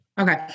Okay